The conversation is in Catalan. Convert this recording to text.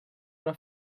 una